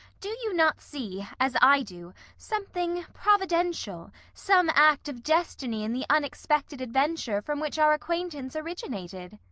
do you not see, as i do, something providential, some act of destiny in the unexpected adventure from which our acquaintance originated?